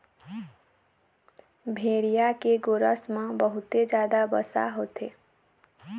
भेड़िया के गोरस म बहुते जादा वसा होथे